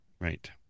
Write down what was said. Right